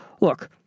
look